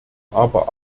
aber